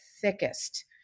thickest